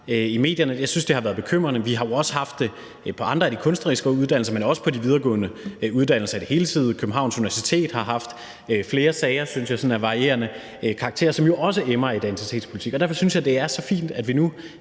i medierne, har været bekymrende. Vi har jo også haft det på andre af de kunstneriske uddannelser, men også på de videregående uddannelser i det hele taget. Københavns Universitet har haft flere sager, synes jeg, sådan af varierende karakter, som jo også emmer af identitetspolitik. Derfor synes jeg, det er så fint, at vi nu